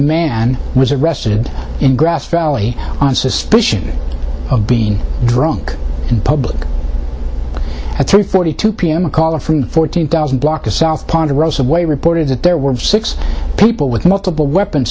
man was arrested in grass valley on suspicion of being drunk in public at two forty two pm a call from the fourteen thousand block of south ponderosa way reported that there were six people with multiple weapons